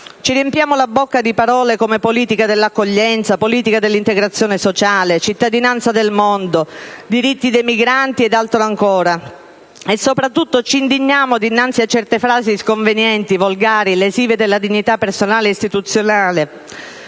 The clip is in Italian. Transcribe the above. Ci riempiamo la bocca di parole come: politica dell'accoglienza, politica dell'integrazione sociale, cittadinanza del mondo, diritti dei migranti ed altro ancora. Soprattutto, ci indigniamo dinanzi a certe frasi sconvenienti, volgari, lesive della dignità personale e istituzionale.